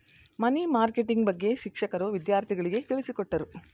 ಮನಿ marketing ಬಗ್ಗೆ ಶಿಕ್ಷಕರು ವಿದ್ಯಾರ್ಥಿಗಳಿಗೆ ತಿಳಿಸಿಕೊಟ್ಟರು